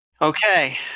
Okay